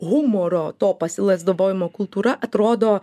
humoro to pasilazdavojimo kultūra atrodo